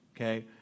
okay